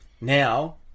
now